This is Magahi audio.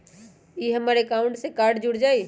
ई हमर अकाउंट से कार्ड जुर जाई?